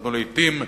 אנחנו לעתים,